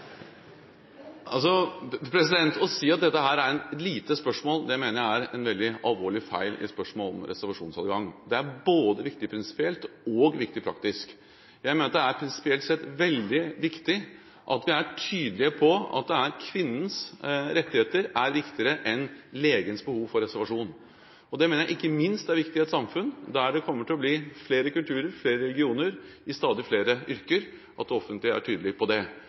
å kunne imøtekomme noens drømmer. Å si at dette er et lite spørsmål, mener jeg er en veldig alvorlig feil i spørsmålet om reservasjonsadgang. Det er viktig både prinsipielt og praktisk. Jeg mener at det prinsipielt sett er veldig viktig at vi er tydelige på at kvinnens rettigheter er viktigere enn legens behov for reservasjon. Det mener jeg er viktig ikke minst i et samfunn der det kommer til å bli flere kulturer, flere religioner i stadig flere yrker, at det offentlige er tydelig på det.